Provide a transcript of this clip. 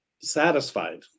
satisfied